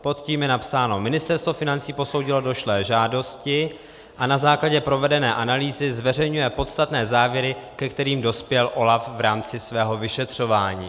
Pod tím je napsáno: Ministerstvo financí posoudilo došlé žádosti a na základě provedené analýzy zveřejňuje podstatné závěry, ke kterým dospěl OLAF v rámci svého vyšetřování.